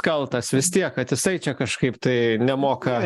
kaltas vis tiek kad jisai čia kažkaip tai nemoka